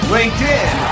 LinkedIn